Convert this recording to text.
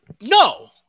no